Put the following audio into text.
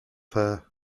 her